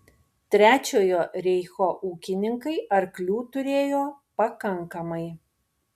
trečiojo reicho ūkininkai arklių turėjo pakankamai